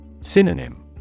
Synonym